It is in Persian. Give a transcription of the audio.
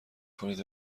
کنید